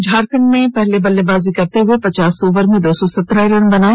झारखंड में पहले बल्लेबाजी करते हुए पचास ओवर में दो सौ सत्रह रन बनाए